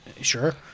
Sure